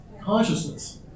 consciousness